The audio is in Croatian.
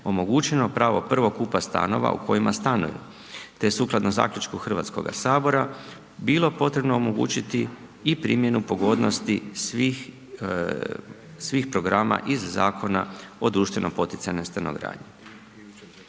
omogućeno pravo prvokupa stanova u kojima stanovi te sukladno zaključku Hrvatskoga sabora bilo potrebno omogućiti i primjenu pogodnosti svih programa iz Zakona o društveno poticajnoj stanogradnji.